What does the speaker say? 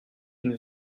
une